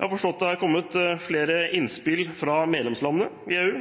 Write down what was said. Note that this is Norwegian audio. Jeg har forstått at det har kommet flere innspill fra medlemslandene i EU,